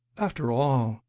after all, all,